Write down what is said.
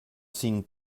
sin